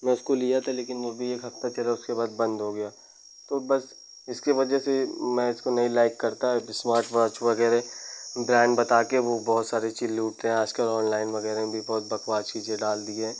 मैं उसको लिया था लेकिन वह भी एक हफ्ता चला उसके बाद बंद हो गया तो बस इसके वजह से मैं इसको नहीं लाइक करता इस्मार्टवाच वग़ैरह ब्रांड बताकर वह बहुत सारी चीज़ लूटते हैं आजकल ओनलाइन वग़ैरह में भी बहुत बकबास चीज़ें डाल दी है